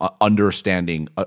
understanding